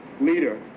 leader